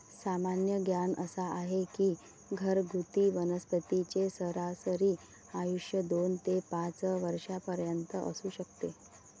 सामान्य ज्ञान असा आहे की घरगुती वनस्पतींचे सरासरी आयुष्य दोन ते पाच वर्षांपर्यंत असू शकते